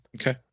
Okay